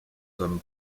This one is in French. comme